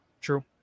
true